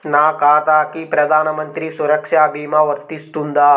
నా ఖాతాకి ప్రధాన మంత్రి సురక్ష భీమా వర్తిస్తుందా?